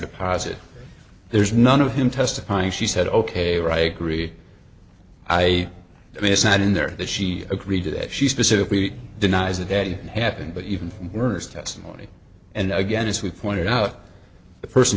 deposit there's none of him testifying she said ok right agree i mean it's not in there that she agreed to that she specifically denies that that happened but even worse testimony and again as we pointed out the person